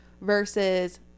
versus